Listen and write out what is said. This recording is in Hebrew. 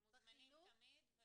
הם מוזמנים תמיד.